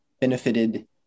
benefited